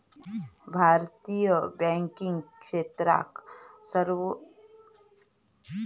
भारतीय बॅन्किंग क्षेत्राक साधारणपणे अनुसूचित आणि गैरनुसूचित बॅन्कात वर्गीकरण केला हा